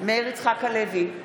מאיר יצחק הלוי,